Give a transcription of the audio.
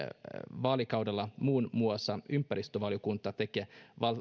vaalikaudella muun muassa ympäristövaliokunta tekee